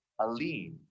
Aline